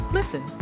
listen